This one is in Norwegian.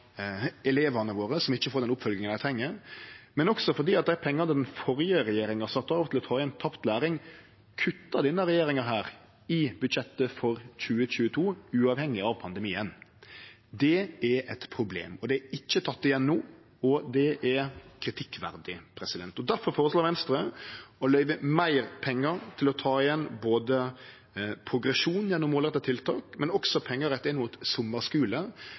elevane våre som ikkje får den oppfølginga dei treng, men også fordi dei pengane den førre regjeringa sette av til å ta igjen tapt læring, kutta denne regjeringa i budsjettet for 2022, uavhengig av pandemien. Det er eit problem. Det er ikkje teke igjen no, og det er kritikkverdig. Difor føreslår Venstre å løyve meir pengar til å ta igjen progresjon gjennom målretta tiltak, og også pengar retta inn mot